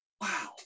Wow